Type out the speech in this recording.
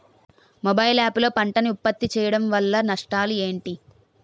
Mobile app లో పంట నే ఉప్పత్తి చేయడం వల్ల నష్టాలు ఏంటి?